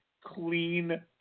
clean